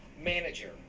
manager